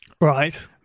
right